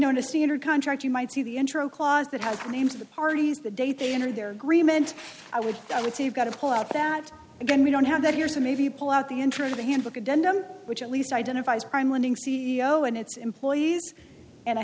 know in a standard contract you might see the intro clause that has names of the parties the date they enter their agreement i would i would say you've got to pull out that again we don't have that here so maybe you pull out the interesting handbook addendum which at least identifies prime lending c e o and its employees and i